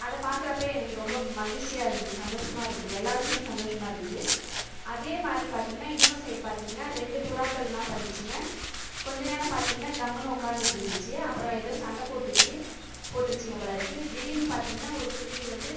அதை பார்க்குறப்பயே எனக்கு ரொம்ப மகிழ்ச்சியாக இருந்தது சந்தோஷமா இருந்தது எல்லாேருக்குமே சந்தோஷமா இருந்தது அதே மாதிரி பார்த்தீங்கனா இன்னொரு சைடு பார்த்தீங்கனா ரெண்டு புறாக்கள் என்ன பண்ணுச்சுங்கள் கொஞ்ச நேரம் பார்த்தீங்கனா கம்முனு உட்கார்ந்திட்டிருந்துச்சு அப்புறம் ஏதோ சண்டை போட்டுச்சு போட்டிருச்சுங்க போலிருக்கு திடீரெனு பார்த்தீங்கனா ஒரு குருவி வந்து